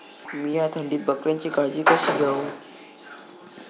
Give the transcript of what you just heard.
मीया थंडीत बकऱ्यांची काळजी कशी घेव?